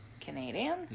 Canadian